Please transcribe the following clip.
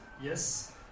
yes